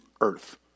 earth